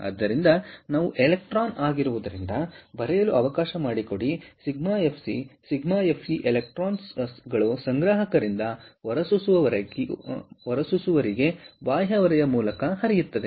ಆದ್ದರಿಂದ ನಾವು ಎಲೆಕ್ಟ್ರಾನ್ ಆಗಿರುವುದರಿಂದ ಬರೆಯಲು ಅವಕಾಶ ಮಾಡಿಕೊಡಿ εfc εfe ಎಲೆಕ್ಟ್ರಾನ್ಗಳು ಸಂಗ್ರಾಹಕದಿಂದ ಹೊರಸೂಸುವವರಿಗೆ ಬಾಹ್ಯ ಹೊರೆಯ ಮೂಲಕ ಹರಿಯುತ್ತವೆ